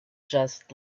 just